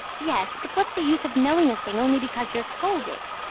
yes. but what's the use of knowing a thing only because you're told it?